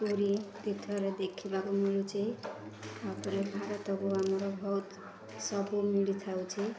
ପୁରୀ ତୀର୍ଥରେ ଦେଖିବାକୁ ମିଳୁଛିି ତା'ପରେ ଭାରତକୁ ଆମର ବହୁତ ସବୁ ମିଳିଥାଉଛି